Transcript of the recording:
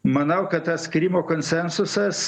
manau kad tas krymo konsensusas